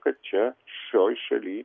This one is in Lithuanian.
kad čia šioj šaly